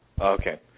Okay